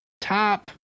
top